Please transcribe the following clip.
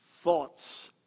thoughts